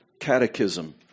catechism